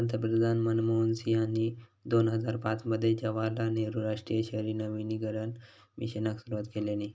पंतप्रधान मनमोहन सिंहानी दोन हजार पाच मध्ये जवाहरलाल नेहरु राष्ट्रीय शहरी नवीकरण मिशनाक सुरवात केल्यानी